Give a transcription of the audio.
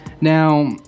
Now